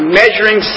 measuring